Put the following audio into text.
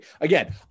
Again